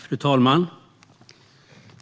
Fru talman!